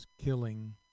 killing